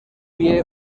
pie